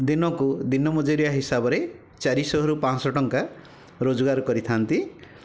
ଦିନକୁ ଦିନ ମଜୁରିଆ ହିସାବରେ ଚାରିଶହରୁ ପାଞ୍ଚଶହ ଟଙ୍କା ରୋଜଗାର କରିଥାଆନ୍ତି